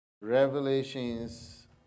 Revelations